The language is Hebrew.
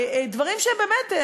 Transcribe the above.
דברים שהם באמת,